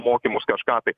mokymus kažką tai